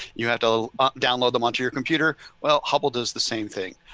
you have to download them onto your computer. well, hubble does the same thing,